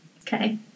Okay